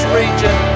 region